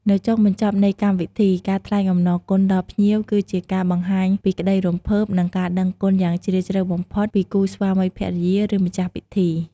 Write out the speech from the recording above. នៅចុងបញ្ចប់នៃកម្មវិធី ការថ្លែងអំណរគុណដល់ភ្ញៀវ គឺជាការបង្ហាញពីក្តីរំភើប និងការដឹងគុណយ៉ាងជ្រាលជ្រៅបំផុតពីគូស្វាមីភរិយា ឬម្ចាស់ពិធី។